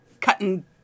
cutting